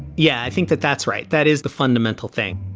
yeah, i think that that's right that is the fundamental thing